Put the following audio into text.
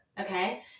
okay